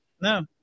No